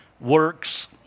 works